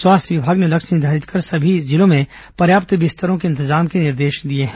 स्वास्थ्य विभाग ने लक्ष्य निर्धारित कर सभी जिलों में पर्याप्त बिस्तरों के इंतजाम के निर्देश दिए हैं